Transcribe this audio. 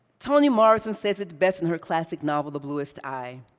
toni morrison says it best in her classic novel, the bluest eye,